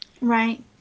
Right